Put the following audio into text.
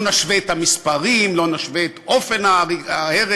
לא נשווה את המספרים, לא נשווה את אופן ההרג,